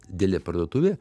didelė parduotuvė